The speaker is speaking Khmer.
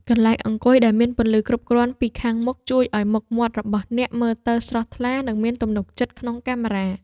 កន្លែងអង្គុយដែលមានពន្លឺគ្រប់គ្រាន់ពីខាងមុខ ជួយឱ្យមុខមាត់របស់អ្នកមើលទៅស្រស់ថ្លា និងមានទំនុកចិត្តក្នុងកាមេរ៉ា។